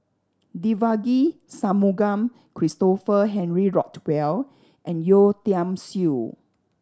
Devagi Sanmugam Christopher Henry Rothwell and Yeo Tiam Siew